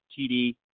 TD